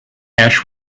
ash